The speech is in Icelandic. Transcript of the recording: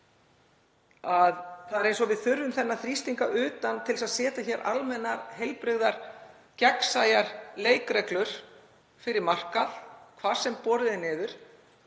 Það er eins og við þurfum þennan þrýsting að utan til þess að setja hér almennar, heilbrigðar, gegnsæjar leikreglur fyrir markað hvar sem borið er niður,